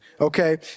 Okay